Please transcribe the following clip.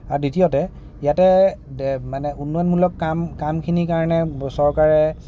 আৰু দ্বিতীয়তে ইয়াতে মানে উন্নয়নমূলক কাম কামখিনিৰ কাৰণে চৰকাৰে